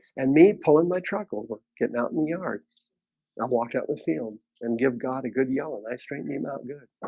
and me pulling my truck over getting out in the yard i've walked out the field and give god a good yell and i straighten him out. good.